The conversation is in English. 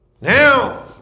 Now